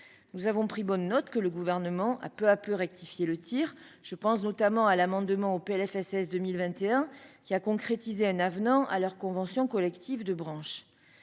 Nous avons pris bonne note que le Gouvernement a peu à peu rectifié le tir. Je pense notamment à l'amendement au PLFSS 2021 qui a concrétisé un avenant à leur convention collective de branche.